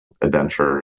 adventure